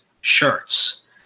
shirts